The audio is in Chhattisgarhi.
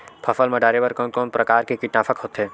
फसल मा डारेबर कोन कौन प्रकार के कीटनाशक होथे?